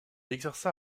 exerça